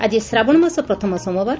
ଆଜି ଶ୍ରାବଣ ମାସ ପ୍ରଥମ ସୋମବାର